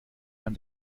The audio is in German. man